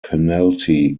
penalty